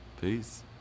Peace